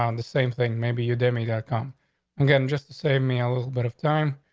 um the same thing. maybe your demi dot com again just to save me a little bit of time.